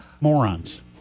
Morons